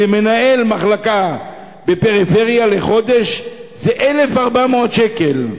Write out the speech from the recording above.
למנהל מחלקה בפריפריה לחודש זה 1,400 שקל,